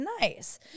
nice